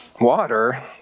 Water